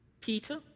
Peter